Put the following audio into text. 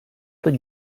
tot